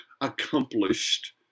accomplished